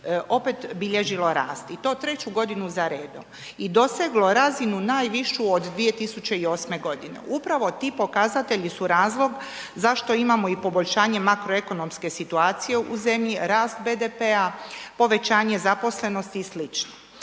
opet bilježilo rast i to treću godinu za redom i doseglo razinu najvišu od 2008. godine. Upravo ti pokazatelji su razlog zašto imamo i poboljšanje makroekonomske situacije u zemlji, rast BDP-a, povećanje zaposlenosti i sl.